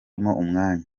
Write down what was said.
umwanya